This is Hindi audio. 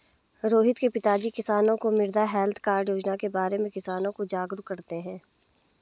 रोहित के पिताजी किसानों को मृदा हैल्थ कार्ड योजना के बारे में किसानों को जागरूक करते हैं